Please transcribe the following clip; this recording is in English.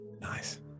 Nice